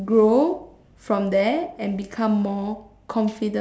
grow from there and become more confident